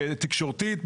תקשורתית.